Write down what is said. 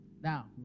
Now